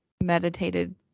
meditated